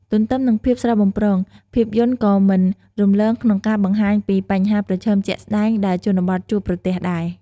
ទន្ទឹមនឹងភាពស្រស់បំព្រង ភាពយន្តក៏មិនរំលងក្នុងការបង្ហាញពី បញ្ហាប្រឈមជាក់ស្តែង ដែលជនបទជួបប្រទះដែរ។